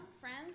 friends